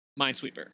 Minesweeper